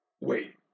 Wait